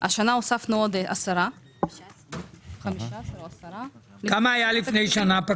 השנה הוספנו עוד 10. כמה היה לפני שנה?